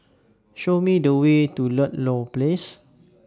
Show Me The Way to Ludlow Place